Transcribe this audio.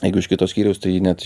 jeigu iš kito skyriaus tai jį net jį